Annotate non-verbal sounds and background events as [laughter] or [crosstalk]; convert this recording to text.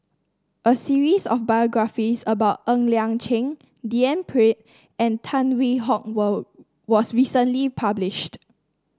a series of biographies about Ng Liang Chiang D N Pritt and Tan Hwee Hock [unintelligible] was recently published